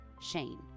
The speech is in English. Shane